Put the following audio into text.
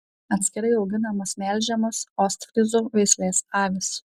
atskirai auginamos melžiamos ostfryzų veislės avys